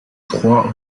trois